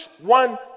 one